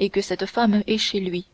et que cette femme est chez lui